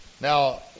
Now